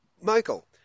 Michael